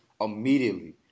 immediately